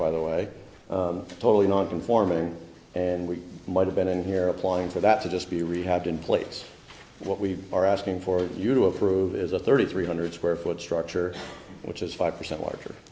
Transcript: by the way totally non conforming and we might have been in here applying for that to just be rehabbed in place what we are asking for you to approve is a thirty three hundred square foot structure which is five percent larger